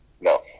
No